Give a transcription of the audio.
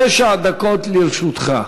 תשע דקות לרשותך.